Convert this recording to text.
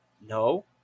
No